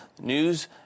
news